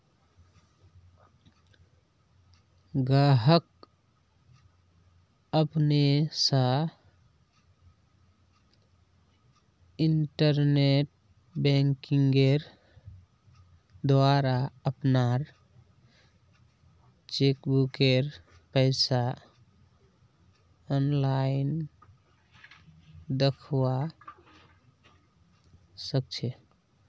गाहक अपने स इंटरनेट बैंकिंगेंर द्वारा अपनार चेकबुकेर पैसा आनलाईन दखवा सखछे